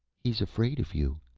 he's afraid of you.